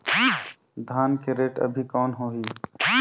धान के रेट अभी कौन होही?